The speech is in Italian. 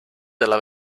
della